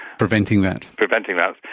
preventing that? preventing that,